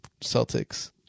Celtics